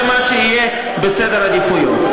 זה מה שיהיה בסדר העדיפות.